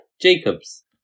Jacobs